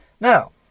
Now